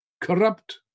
corrupt